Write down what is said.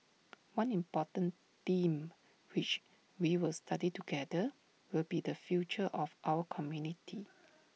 one important theme which we will study together will be the future of our community